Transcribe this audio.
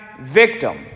victim